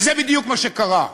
וזה בדיוק מה שקרה.